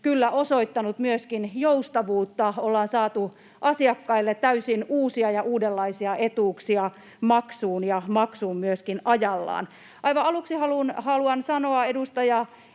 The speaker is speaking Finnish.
kyllä osoittanut myöskin joustavuutta: ollaan saatu asiakkaille täysin uusia ja uudenlaisia etuuksia maksuun ja maksuun myöskin ajallaan. Aivan aluksi haluan sanoa, edustajat